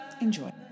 Enjoy